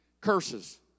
curses